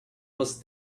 was